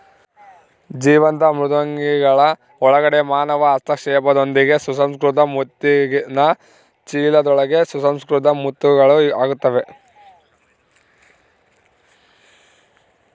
ಜೀವಂತ ಮೃದ್ವಂಗಿಗಳ ಒಳಗಡೆ ಮಾನವ ಹಸ್ತಕ್ಷೇಪದೊಂದಿಗೆ ಸುಸಂಸ್ಕೃತ ಮುತ್ತಿನ ಚೀಲದೊಳಗೆ ಸುಸಂಸ್ಕೃತ ಮುತ್ತುಗಳು ಆಗುತ್ತವೆ